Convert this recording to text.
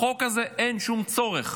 בחוק הזה אין שום צורך,